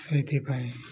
ସେଥିପାଇଁ